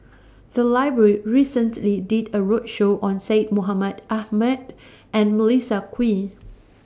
The Library recently did A roadshow on Syed Mohamed Ahmed and Melissa Kwee